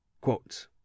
Quote